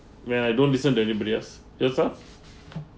when I don't listen to anybody else yourself